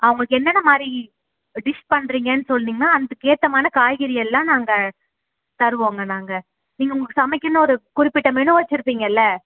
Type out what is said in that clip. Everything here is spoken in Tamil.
ஆ உங்களுக்கு என்னென்ன மாதிரி டிஷ் பண்ணுறீங்கன்னு சொன்னீங்கன்னா அதுக்கு ஏத்தமான காய்கறி எல்லாம் நாங்கள் தருவோம்ங்க நாங்கள் நீங்கள் உங்களுக்கு சமைக்கணும் ஒரு குறிப்பிட்ட மெனு வெச்சிருப்பீங்கள்ல